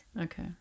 Okay